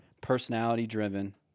personality-driven